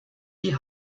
die